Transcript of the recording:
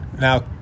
now